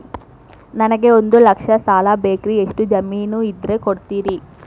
ನನಗೆ ಒಂದು ಲಕ್ಷ ಸಾಲ ಬೇಕ್ರಿ ಎಷ್ಟು ಜಮೇನ್ ಇದ್ರ ಕೊಡ್ತೇರಿ?